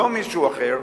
לא מישהו אחר,